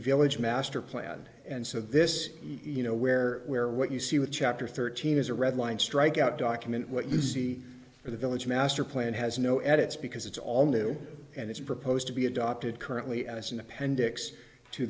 village master plan and so this you know where where what you see with chapter thirteen is a red line strikeout document what you see for the village master plan has no edits because it's all new and it's proposed to be adopted currently as an appendix to